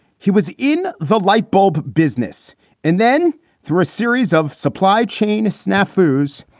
he was in the light bulb business and then through a series of supply chain snack foods,